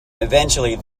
eventually